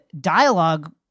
dialogue